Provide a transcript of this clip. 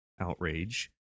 outrage